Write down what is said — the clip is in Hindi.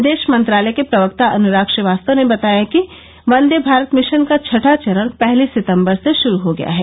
विदेश मंत्रालय के प्रवक्ता अनुराग श्रीवास्तव ने बताया कि वंदे भारत मिशन का छठा चरण पहली सितंबर से शुरू हो गया है